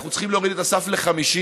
אנחנו צריכים להוריד את הסף ל-50.